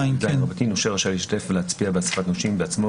136יז.אופן ההצבעה נושה רשאי להשתתף ולהצביע באסיפת נושים בעצמו,